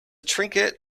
trinket